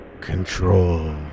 Control